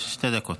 שתי דקות.